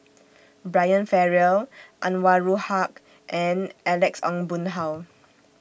Brian Farrell Anwarul Haque and Alex Ong Boon Hau